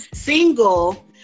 single